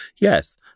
Yes